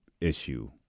issue